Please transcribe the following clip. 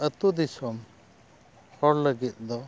ᱟᱛᱳ ᱫᱤᱥᱚᱢ ᱦᱚᱲ ᱞᱟᱹᱜᱤᱫ ᱫᱚ